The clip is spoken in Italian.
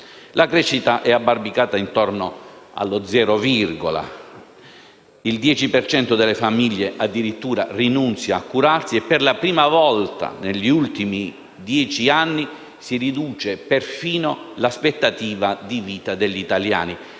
La crescita è abbarbicata intorno allo "zero virgola". Il 10 per cento delle famiglie addirittura rinunzia a curarsi e, per la prima volta negli ultimi dieci anni, si riduce perfino l'aspettativa di vita degli italiani.